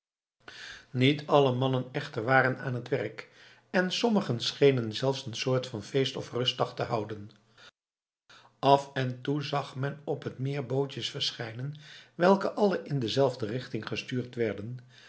niet alle mannen echter waren aan het werk en sommigen schenen zelfs een soort van feest of rustdag te houden af en toe zag men op het meer bootjes verschijnen welke alle in dezelfde richting gestuurd werden